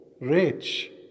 rich